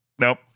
Nope